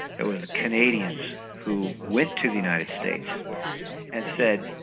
it was the canadians who went to the united states and said,